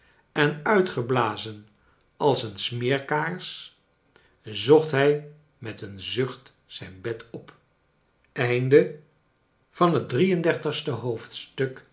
en uitgeblazen als een smeerkaars zocht hij met een zucht zijn bed op